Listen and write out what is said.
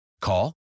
Call